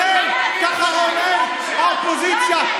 האופוזיציה,